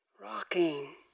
rocking